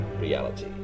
reality